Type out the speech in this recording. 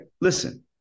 Listen